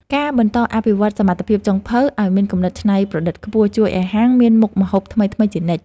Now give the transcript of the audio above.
ការបន្តអភិវឌ្ឍសមត្ថភាពចុងភៅឱ្យមានគំនិតច្នៃប្រឌិតខ្ពស់ ជួយឱ្យហាងមានមុខម្ហូបថ្មីៗជានិច្ច។